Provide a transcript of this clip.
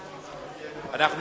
ו-2211.